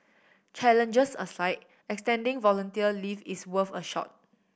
challenges aside extending volunteer leave is worth a shot